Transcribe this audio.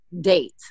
date